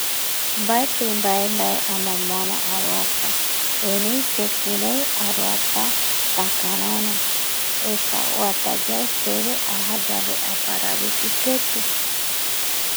Baeti bae bae amomora aruayta erei sekiren aruata takarara esa uata yae seve aja yave aparaiki keti